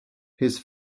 his